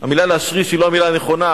המלה "להשריש" היא לא המלה הנכונה,